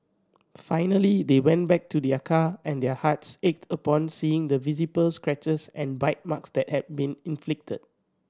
finally they went back to their car and their hearts ached upon seeing the visible scratches and bite marks that had been inflicted